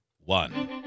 one